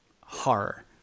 horror